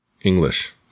English